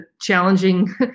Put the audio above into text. challenging